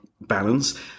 balance